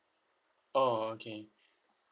oh okay